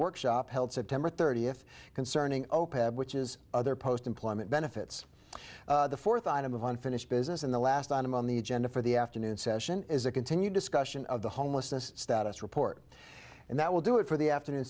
workshop held september thirtieth concerning which is other post employment benefits the fourth item of unfinished business and the last item on the agenda for the afternoon session is a continued discussion of the homelessness status report and that will do it for the afternoon